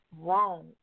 wrong